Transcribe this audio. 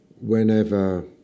whenever